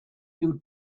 you